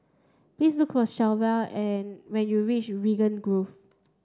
please look for Shelvia and when you reach Raglan Grove